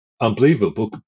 unbelievable